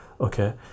okay